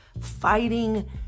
Fighting